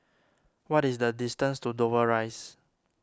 what is the distance to Dover Rise